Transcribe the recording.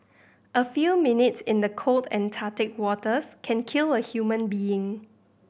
a few minutes in the cold Antarctic waters can kill a human being